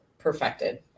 perfected